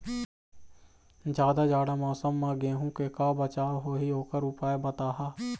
जादा जाड़ा मौसम म गेहूं के का बचाव होही ओकर उपाय बताहा?